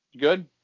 good